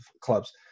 clubs